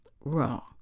Wrong